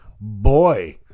Boy